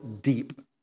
deep